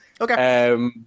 Okay